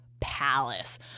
palace